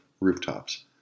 rooftops